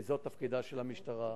וזה תפקידה של המשטרה.